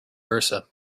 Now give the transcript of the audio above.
versa